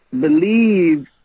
believe